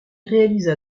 réalisa